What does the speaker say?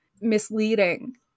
misleading